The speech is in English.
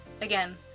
again